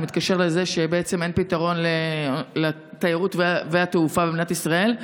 זה מתקשר לזה שאין פתרון לתיירות ולתעופה במדינת ישראל.